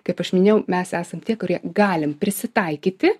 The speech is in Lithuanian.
kaip aš minėjau mes esam tie kurie galim prisitaikyti